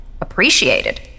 Appreciated